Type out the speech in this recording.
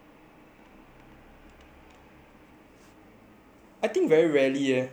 I think very rarely eh cause only got tutorials